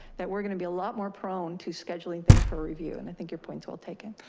that we're going to be a lot more prone to scheduling things for review. and i think your point's well taken.